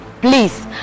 Please